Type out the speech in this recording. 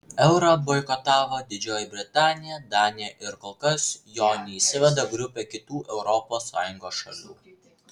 eurą boikotavo didžioji britanija danija ir kol kas jo neįsiveda grupė kitų europos sąjungos šalių